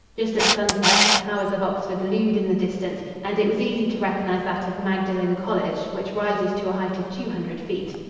just at sunset the towers of oxford loomed in the distance, and it was easy to recognize that of magdalen college, which rises to a height of two hundred feet.